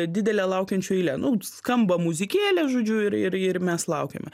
didele laukiančių eile nu skamba muzikėlė žodžiu ir ir ir mes laukiame